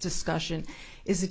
discussion is a